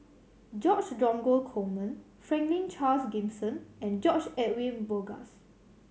George Dromgold Coleman Franklin Charles Gimson and George Edwin Bogaars